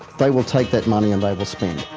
they will take that money and they will spend.